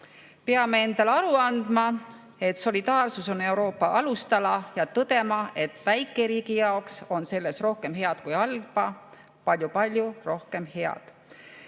Peame endale aru andma, et solidaarsus on Euroopa alustala, ja tõdema, et väikeriigi jaoks on selles rohkem head kui halba, palju-palju rohkem head.